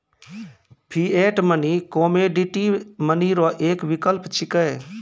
fiat money commodity money रो एक विकल्प छिकै